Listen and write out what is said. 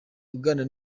aganira